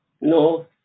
No